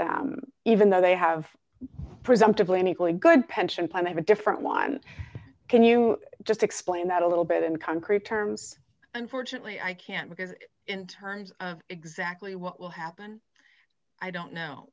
that even though they have presumptively an equally good pension plan they have a different one can you just explain that a little bit in concrete terms unfortunately i can't because in terms of exactly what will happen i don't know